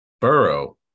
burrow